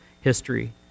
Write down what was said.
history